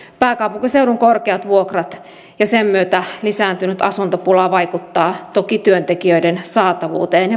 pääkaupunkiseudun korkeat vuokrat ja niiden myötä lisääntynyt asuntopula vaikuttavat toki työntekijöiden saatavuuteen